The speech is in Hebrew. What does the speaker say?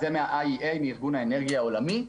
זה מארגון האנרגיה העולמי.